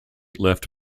left